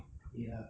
ya